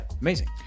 amazing